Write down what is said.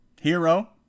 hero